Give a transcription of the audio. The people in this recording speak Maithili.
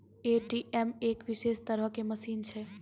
ए.टी.एम एक विशेष तरहो के मशीन छै